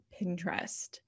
pinterest